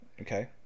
Okay